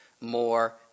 more